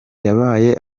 yabaye